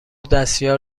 دستیار